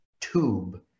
tube